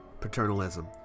paternalism